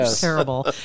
terrible